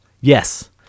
Yes